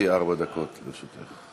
גברתי, ארבע דקות לרשותך.